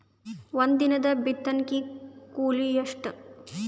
ಒಂದಿನದ ಬಿತ್ತಣಕಿ ಕೂಲಿ ಎಷ್ಟ?